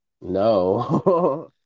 No